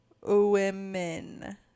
women